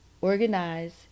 organize